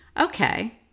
okay